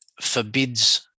forbids